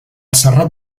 serrat